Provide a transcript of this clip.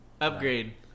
Upgrade